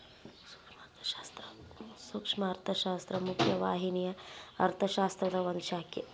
ಸೂಕ್ಷ್ಮ ಅರ್ಥಶಾಸ್ತ್ರ ಮುಖ್ಯ ವಾಹಿನಿಯ ಅರ್ಥಶಾಸ್ತ್ರದ ಒಂದ್ ಶಾಖೆ